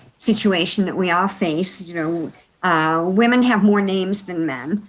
situation that we all face. you know women have more names than men.